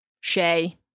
Shay